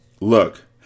Look